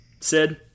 Sid